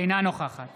אינה נוכחת